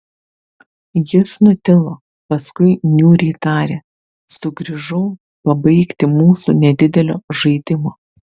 jis nutilo paskui niūriai tarė sugrįžau pabaigti mūsų nedidelio žaidimo